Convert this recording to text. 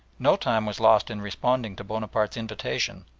no time was lost in responding to bonaparte's invitation,